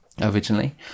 originally